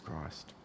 Christ